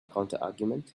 counterargument